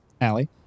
Allie